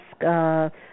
ask